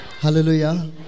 Hallelujah